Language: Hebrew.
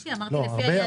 שבת.